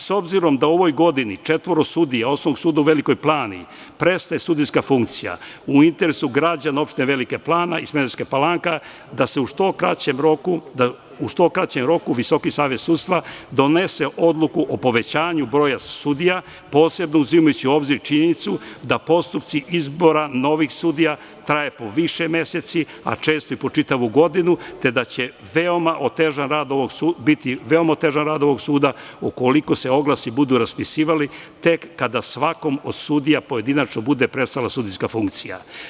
S obzirom da u ovoj godini četvoro sudija Osnovnog suda u Velikoj Plani prestaje sudijska funkcija, u interesu građana opština Velika Plana i Smederevska Palanka da u što kraćem roku Visoki savet sudstva donese odluku o povećanju broja sudija, posebno uzimajući u obzir činjenicu da postupak izbora novih sudija traje po više meseci, a često i po čitavu godinu, te da će biti veoma otežan rad ovog suda ukoliko se oglasi budu raspisivali tek kada svakom od sudija pojedinačno bude prestala sudijska funkcija.